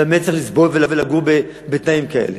למה ילד צריך לסבול ולגור בתנאים כאלה?